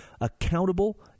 accountable